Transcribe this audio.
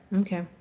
Okay